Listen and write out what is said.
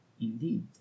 Indeed